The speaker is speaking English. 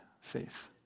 faith